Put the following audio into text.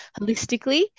holistically